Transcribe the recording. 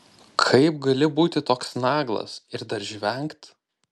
kaip gali būti toks naglas ir dar žvengt